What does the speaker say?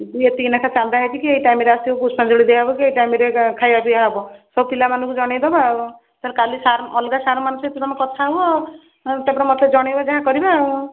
ଏତିକି ଲେଖା ଚାନ୍ଦା ହେଇଛି କି ଏଇ ଟାଇମ୍ରେ ଆସିବ ପୁଷ୍ପାଞ୍ଜଳି ଦିଆହବ କି ଏଇ ଟାଇମ୍ରେ ଏକା ଖାଇବା ପିଇବା ହବ ସବୁ ପିଲାମାନଙ୍କୁ ଜଣାଇ ଦେବା ଆଉ ସାର୍ କାଲି ସାର୍ ଅଲଗା ସାର୍ ମାନଙ୍କ ସହିତ ତୁମେ କଥା ହୁଅ ତା'ପରେ ମୋତେ ଜଣାଇବେ ଯାହା କରିବେ ଆଉ